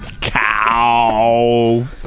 cow